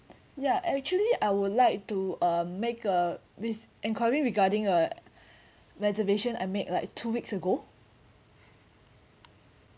ya actually I would like to uh make uh this enquiry regarding a reservation I make like two weeks ago